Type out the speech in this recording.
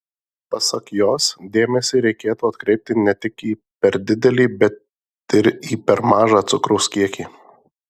pasak jos dėmesį reikėtų atkreipti ne tik į per didelį bet ir į per mažą cukraus kiekį